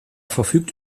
verfügt